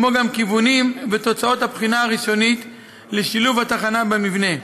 וגם את הכיוונים ותוצאות הבחינה הראשונית לשילוב התחנה במבנה.